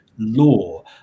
law